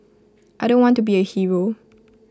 I don't want to be A hero